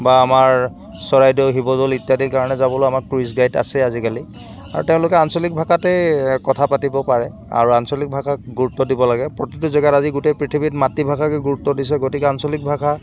বা আমাৰ চৰাইদেউ শিৱদৌল ইত্যাদি কাৰণে যাবলৈও আমাৰ টুৰিষ্ট গাইড আছে আজিকালি আৰু তেওঁলোকে আঞ্চলিক ভাষাতেই কথা পাতিব পাৰে আৰু আঞ্চলিক ভাষাক গুৰুত্ব দিব লাগে প্ৰতিটো জেগাত আজি গোটেই পৃথিৱীত মাতৃভাষাকে গুৰুত্ব দিছে গতিকে আঞ্চলিক ভাষা